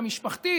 המשפחתית,